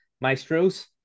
maestros